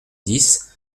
dix